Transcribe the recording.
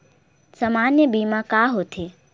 सामान्य बीमा का होथे?